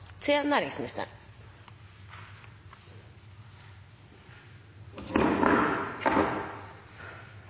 til næringsministeren